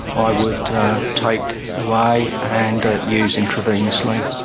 i would take away and ah use intravenously.